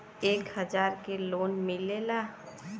एक हजार के लोन मिलेला?